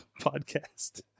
podcast